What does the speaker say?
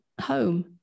home